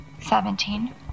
seventeen